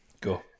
Go